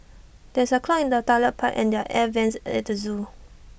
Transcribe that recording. there's A clog in the Toilet Pipe and their air Vents at at the Zoo